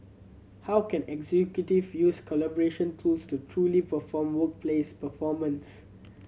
how can executive use collaboration tools to truly perform workplace performance